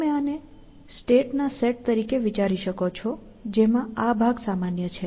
તમે આને સ્ટેટ ના સેટ તરીકે વિચારી શકો છો જેમાં આ ભાગ સામાન્ય છે